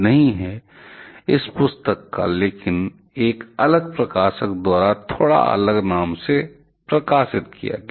लेकिन 2015 में मुझे उस संशोधित दूसरा संस्करण का नाम याद नहीं है इस पुस्तक का लेकिन एक अलग प्रकाशक द्वारा थोड़ा अलग नाम के साथ प्रकाशित किया गया